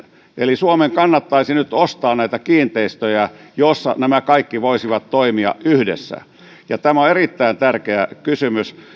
eli suomen kannattaisi nyt ostaa näitä kiinteistöjä joissa nämä kaikki voisivat toimia yhdessä tämä on erittäin tärkeä kysymys